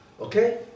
Okay